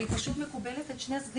אבל היא פשוט מקובלת על שני הצדדים,